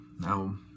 Now